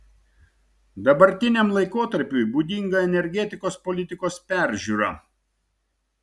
dabartiniam laikotarpiui būdinga energetikos politikos peržiūra